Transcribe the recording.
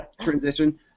Transition